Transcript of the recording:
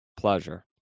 pleasure